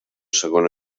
segon